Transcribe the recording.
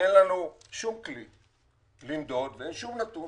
שאין לנו שום כלי למדוד ואין שום נתון